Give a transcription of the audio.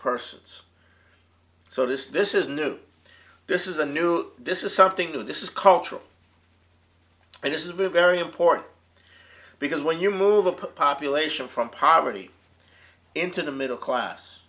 persons so this is this is new this is a new this is something new this is cultural and this is very very important because when you move a population from poverty into the middle class